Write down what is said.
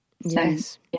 Yes